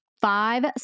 five